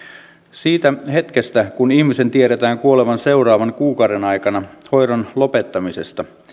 siitä hetkestä kun ihmisen tiedetään kuolevan seuraavan kuukauden aikana hoidon lopettamisesta